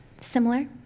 Similar